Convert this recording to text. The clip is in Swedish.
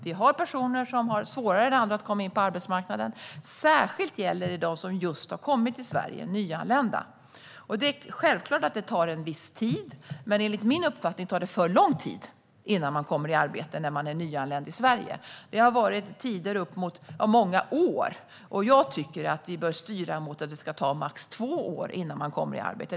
Vi har personer som har svårare än andra att komma in på arbetsmarknaden. Det gäller särskilt dem som just har kommit till Sverige, de nyanlända. Det är självklart att det tar en viss tid. Men enligt min uppfattning tar det för lång tid innan man kommer i arbete när man är nyanländ i Sverige. Det har varit uppemot många år. Jag tycker att vi bör styra mot att det ska ta högst två år innan man kommer i arbete.